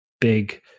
big